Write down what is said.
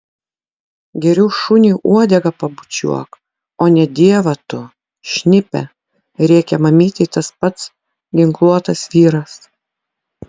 geriau šuniui uodegą pabučiuok o ne dievą tu šnipe rėkė mamytei tas pats ginkluotas vyras